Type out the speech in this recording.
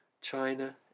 China